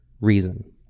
reason